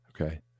Okay